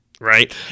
Right